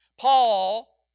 Paul